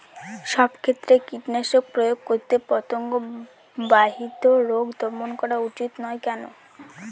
সব ক্ষেত্রে কীটনাশক প্রয়োগ করে পতঙ্গ বাহিত রোগ দমন করা উচিৎ নয় কেন?